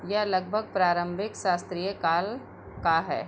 यह लगभग प्रारंभिक शास्त्रीय काल का है